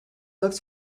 looked